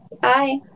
Bye